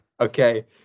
okay